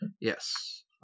Yes